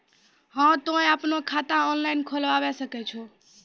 हाँ तोय आपनो खाता ऑनलाइन खोलावे सकै छौ?